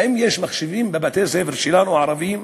האם יש מחשבים בבתי-הספר שלנו, הערביים?